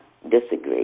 disagree